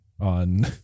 on